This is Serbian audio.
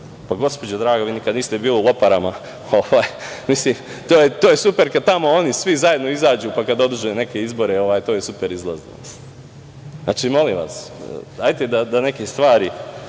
Pa gospođo draga, vi nikada niste bili u Loparama. Mislim, to je super kad tamo oni svi zajedno izađu, pa kad održe neke izbore, to je super izlaznost. Znači, molim vas, hajde da neke stvari